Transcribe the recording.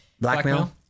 Blackmail